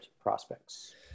Prospects